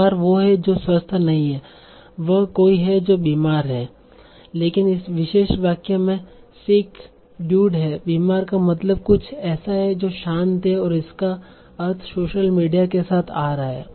बीमार वो है जो स्वस्थ नहीं है वह कोई है जो बीमार है लेकिन इस विशेष वाक्य में सिक डूड है बीमार का मतलब कुछ ऐसा है जो शांत है और इसका अर्थ सोशल मीडिया के साथ आ रहा है